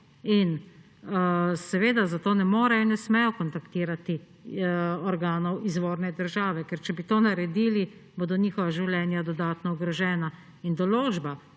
In seveda zato ne morejo in ne smejo kontaktirati organov izvorne države, ker če bi to naredili, bodo njihova življenja dodatno ogrožena. Določba,